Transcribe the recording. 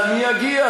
אני אגיע,